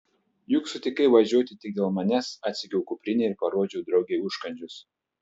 juk sutikai važiuoti tik dėl manęs atsegiau kuprinę ir parodžiau draugei užkandžius